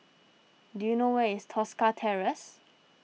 do you know where is Tosca Terrace